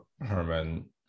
herman